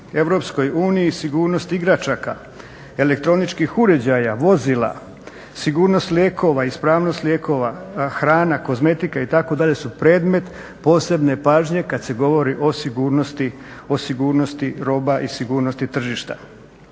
Europskoj uniji sigurnost igračaka, elektroničkih uređaja, vozila, sigurnost lijekova, ispravnost lijekova, hrana, kozmetika itd. su predmet posebne pažnje kad se govori o sigurnosti roba i sigurnosti tržišta.